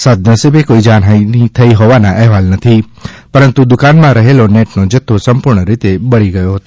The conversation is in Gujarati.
સદનબીસે કોઈ જાનહાની થઈ હોવાના અહેવાલ નથી પરંતુ દુકાનમાં રહેલો નેટનો જથ્થો સંપૂર્ણ રીતે બળી ગયો હતો